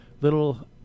little